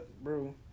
bro